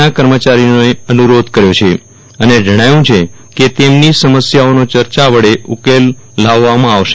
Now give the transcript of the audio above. ના કર્મચારીઓને અનુરોધ કર્યો છે અને જણાવ્યું છે કે તેમની સમસ્યાઓનો ચર્ચા વડે ઉકેલ લાવવામાં આવશે